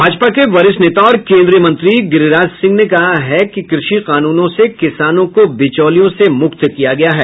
भाजपा के वरिष्ठ नेता और केंद्रीय मंत्री गिरिराज सिंह ने कहा है कि कृषि कानूनों से किसानों को विचौलियों से मुक्त किया गया है